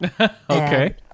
Okay